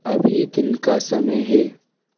अभी दिन का समय है